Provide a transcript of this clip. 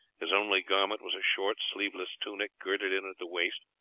his only garment was a short sleeveless tunic girded in at the waist,